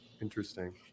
Interesting